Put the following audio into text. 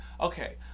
okay